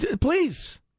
Please